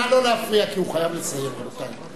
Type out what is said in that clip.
נא לא להפריע, כי הוא חייב לסיים, רבותי.